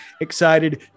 excited